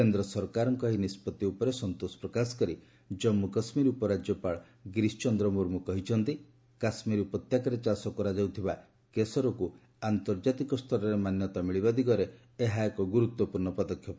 କେନ୍ଦ୍ର ସରକାରଙ୍କ ଏହି ନିଷ୍ପଭି ଉପରେ ସନ୍ତୋଷ ପ୍ରକାଶ କରି ଜନ୍ମୁ କାଶ୍ମୀର ଉପରାଜ୍ୟପାଳ ଗିରୀଶ ଚନ୍ଦ୍ର ମୁର୍ମୁ କହିଛନ୍ତି କାଶ୍ମୀର ଉପତ୍ୟକାରେ ଚାଷ କରାଯାଉଥିବା କେଶରକୁ ଆନ୍ତର୍ଜାତିକ ସ୍ତରରେ ମାନ୍ୟତା ମିଳିବା ଦିଗରେ ଏହା ଏକ ଗୁରୁତ୍ୱପୂର୍ଣ୍ଣ ପଦକ୍ଷେପ